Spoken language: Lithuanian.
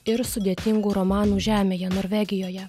ir sudėtingų romanų žemėje norvegijoje